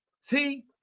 See